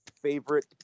favorite